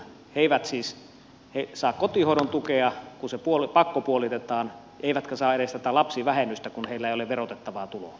he eivät siis saa kotihoidon tukea kun se pakkopuolitetaan eivätkä saa edes tätä lapsivähennystä kun heillä ei ole verotettavaa tuloa